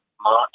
March